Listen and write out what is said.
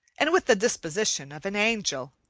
and with the disposition of an angel.